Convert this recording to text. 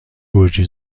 گرجی